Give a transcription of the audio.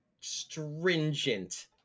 stringent